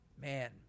Man